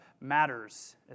matters